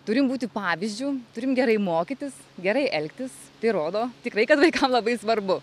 turim būti pavyzdžiu turim gerai mokytis gerai elgtis tai rodo tikrai kad vaikam labai svarbu